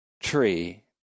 tree